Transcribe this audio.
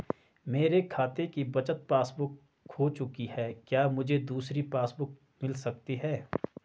मेरे खाते की बचत पासबुक बुक खो चुकी है क्या मुझे दूसरी पासबुक बुक मिल सकती है?